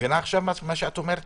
את אומרת